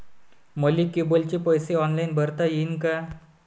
मले केबलचे पैसे ऑनलाईन भरता येईन का?